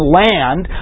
land